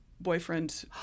boyfriend